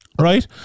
right